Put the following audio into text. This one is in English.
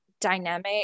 dynamic